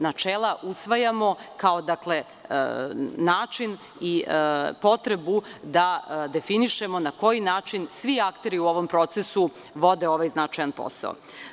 Načela usvajamo kao način i potrebu da definišemo na koji način svi akteri u ovom procesu vode ovaj značajan posao.